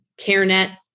CareNet